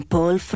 Paul